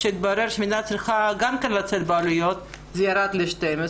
כשהתברר שהמדינה גם צריכה לשאת בעלויות זה ירד ל-12,